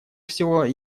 всего